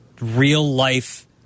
real-life